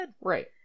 Right